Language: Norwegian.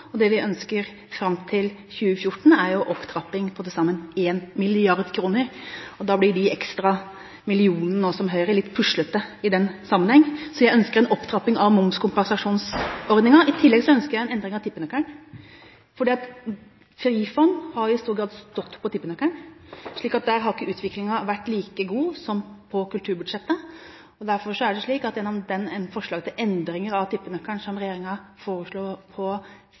så. Det vi ønsker fram til 2014, er en opptrapping på til sammen 1 mrd. kr. De ekstra millionene fra Høyre blir litt puslete i den sammenhengen, så jeg ønsker en opptrapping av momskompensasjonsordningen. I tillegg ønsker jeg en endring av tippenøkkelen, for Frifond har i stor grad «stått» på tippenøkkelen, så der har ikke utviklingen vært like god som på kulturbudsjettet. Men gjennom forslaget til endring av tippenøkkelen, som regjeringen la fram på